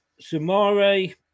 Sumare